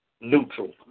neutral